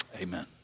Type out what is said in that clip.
amen